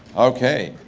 okay,